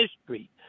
history